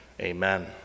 amen